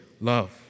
love